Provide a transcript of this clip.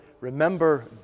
remember